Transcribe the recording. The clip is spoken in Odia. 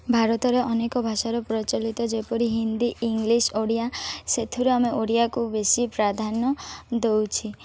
ଭାରତରେ ଅନେକ ଭାଷାର ପ୍ରଚଳିତ ଯେପରି ହିନ୍ଦୀ ଇଂଲିଶ୍ ଓଡ଼ିଆ ସେଥିରୁ ଆମେ ଓଡ଼ିଆକୁ ବେଶୀ ପ୍ରାଧାନ୍ୟ ଦେଉଛି